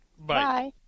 Bye